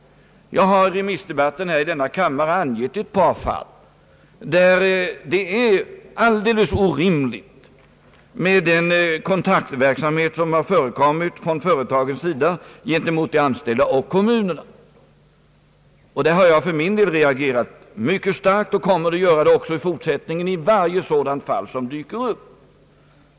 Jag har i remissdebatten i denna kammare angivit ett par fall, där den kontaktverksamhet, som företagen bedrivit gentemot de anställda och kommunerna, varit alldeles orimlig. Där har jag för min del reagerat mycket starkt. Det kommer jag att göra också i fortsättningen i varje sådant fall.